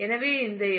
எனவே இந்த எல்